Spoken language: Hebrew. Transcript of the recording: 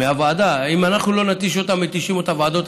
ואם אנחנו לא מתישים אותה,